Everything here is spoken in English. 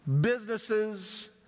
businesses